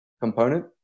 component